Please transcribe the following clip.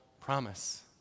promise